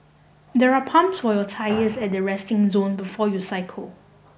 there are pumps for your tyres at the resting zone before you cycle